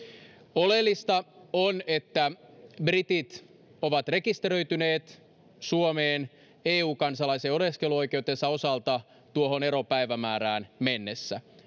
oleellista on että britit ovat rekisteröityneet suomeen eu kansalaisen oleskeluoikeutensa osalta tuohon eropäivämäärään mennessä